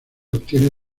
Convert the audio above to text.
obtiene